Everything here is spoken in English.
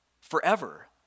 forever